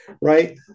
right